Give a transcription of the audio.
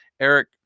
Eric